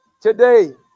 today